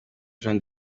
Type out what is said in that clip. jean